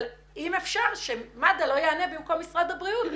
אבל אם אפשר שמד"א לא יענה במקום משרד הבריאות.